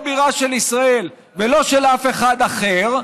לא בירה של ישראל ולא של אף אחד אחר,